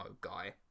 guy